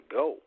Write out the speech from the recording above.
go